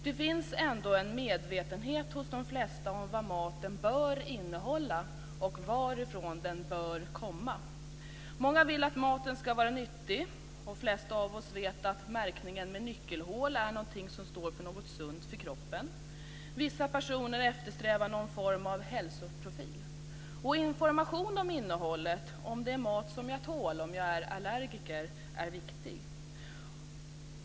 Det finns en medvetenhet hos de flesta om vad maten bör innehålla och om varifrån den bör komma. Många vill att maten ska vara nyttig. De flesta av oss vet att märkningen med nyckelhål står för något sunt för kroppen. Vissa personer eftersträvar någon form av hälsoprofil. Information om innehållet, t.ex. om det är mat som man tål om man är allergiker, är viktig.